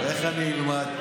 איך אני אלמד?